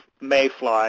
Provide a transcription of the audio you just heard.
mayfly